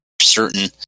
certain